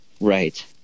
right